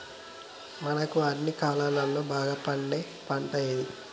మనకు అన్ని కాలాల్లో బాగా పండే పంట ఏది?